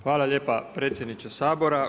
Hvala lijepa predsjedniče Sabora.